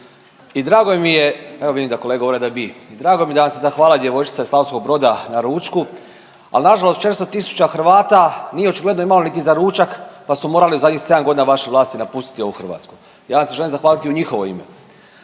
I drago mi je, evo vidim da kolege govore da bi. Drago mi je da vam se zahvalila djevojčica iz Slavonskog Broda na ručku, ali na žalost 400 000 Hrvata nije očigledno imalo niti za ručak pa su morali u zadnjih 7 godina vaše vlasti napustiti ovu Hrvatsku. Ja vam se želim zahvaliti u njihovo ime,